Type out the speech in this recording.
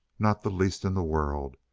not the least in the world.